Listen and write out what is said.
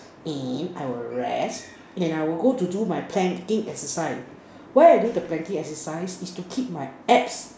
and I will rest and I'll go to do my planking exercise why I do the planking exercise is to keep my apps